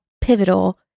pivotal